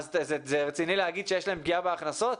זה רציני להגיד שיש להם פגיעה בהכנסות?